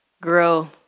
grow